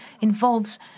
involves